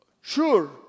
Sure